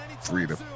freedom